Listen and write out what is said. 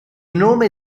nome